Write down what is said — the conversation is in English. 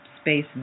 space